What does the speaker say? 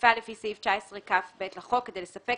תפעל לפי סעיף 19כ(ב) לחוק כדי לספק